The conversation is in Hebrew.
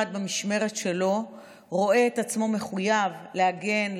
במשמרת שלו רואה את עצמו מחויב להגן,